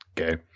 Okay